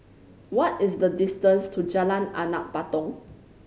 what is the distance to Jalan Anak Patong